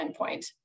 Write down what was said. endpoint